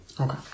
Okay